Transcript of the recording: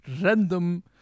Random